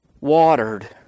watered